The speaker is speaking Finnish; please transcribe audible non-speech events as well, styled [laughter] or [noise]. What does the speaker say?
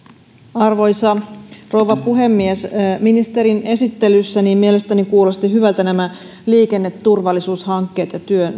arvoisa rouva puhemies ministerin esittelyssä mielestäni kuulostivat hyvältä nämä liikenneturvallisuushankkeet ja työ [unintelligible]